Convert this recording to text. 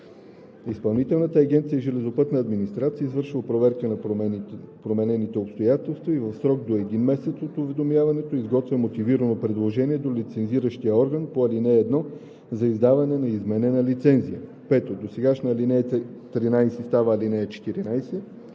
Изпълнителната агенция „Железопътна администрация“ извършва проверка на променените обстоятелства и в срок до един месец от уведомяването изготвя мотивирано предложение до лицензиращия орган по ал. 1 за издаване на изменена лицензия.“ 5. Досегашната ал. 13 става ал. 14